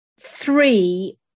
three